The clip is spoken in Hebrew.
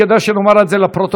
כדאי שנאמר את זה לפרוטוקול,